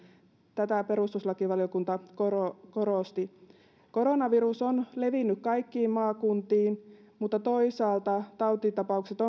tätä perustuslakivaliokunta korosti korosti koronavirus on levinnyt kaikkiin maakuntiin mutta toisaalta tautitapaukset